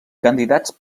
candidats